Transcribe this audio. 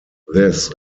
this